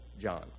john